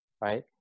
right